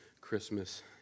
Christmas